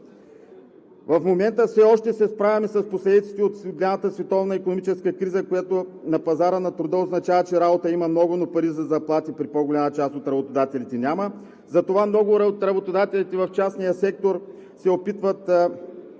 В момента все още се справяме с последиците от световната икономическа криза, която на пазара на труда означава, че работа има много, но пари за заплати при по-голяма част от работодателите няма. Затова много от работодателите в частния сектор и в